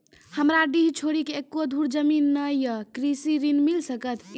हमरा डीह छोर एको धुर जमीन न या कृषि ऋण मिल सकत?